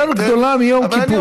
יותר גדולה מיום כיפור.